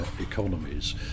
economies